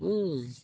ଉଁ